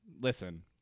listen